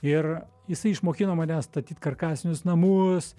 ir jisai išmokino mane statyt karkasinius namus